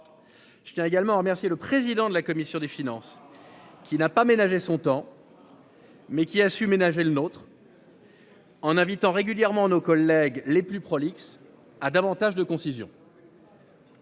Je tiens également à remercier le président de la commission des finances qui n'a pas ménagé son temps. Mais qui a su ménager le nôtre. La progression. En invitant régulièrement nos collègues les plus prolixes à davantage de concision.